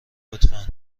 لطفا